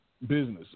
business